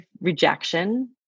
rejection